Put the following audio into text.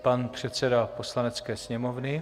Pan předseda Poslanecké sněmovny.